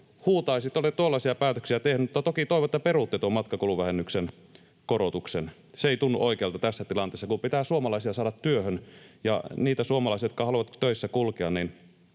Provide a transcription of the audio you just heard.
huutaisitte. — Te olette tuollaisia päätöksiä tehneet, mutta toki toivon, että perutte tuon matkakuluvähennyksen korotuksen. Se ei tunnu oikealta tässä tilanteessa, kun pitää suomalaisia saada työhön ja pitää niitä suomalaisia, jotka haluavat töissä kulkea,